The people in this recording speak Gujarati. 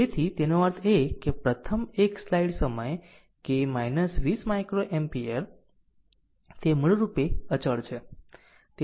તેથી તેનો અર્થ એ કે પ્રથમ એક સલાઇડ સમય કે 20 માઇક્રોએમ્પીયર તે મૂળરૂપે અચળ છે